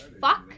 fuck